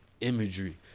imagery